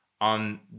on